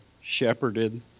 shepherded